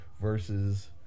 versus